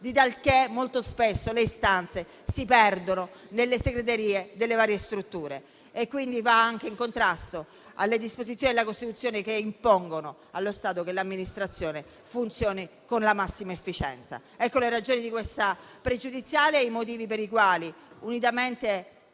di talché molto spesso le istanze si perdono nelle segreterie delle varie strutture. Si va quindi anche in contrasto con le disposizioni della Costituzione che impongono allo Stato che l'amministrazione funzioni con la massima efficienza. Alle ragioni di questa pregiudiziale si unisce l'atteggiamento